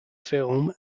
film